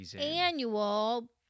annual